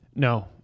No